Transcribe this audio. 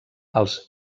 els